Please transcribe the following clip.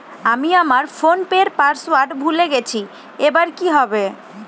আমি আমার ফোনপের পাসওয়ার্ড ভুলে গেছি এবার কি হবে?